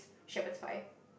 shepherds pie